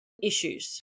issues